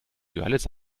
görlitz